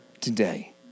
today